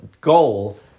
goal